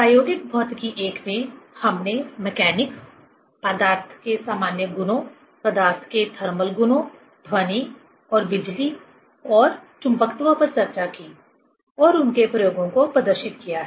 प्रायोगिक भौतिकी I में हमने मैकेनिकस पदार्थ के सामान्य गुणों पदार्थ के थर्मल गुणों ध्वनि और बिजली और चुंबकत्व पर चर्चा की और उनके प्रयोगो को प्रदर्शित किया है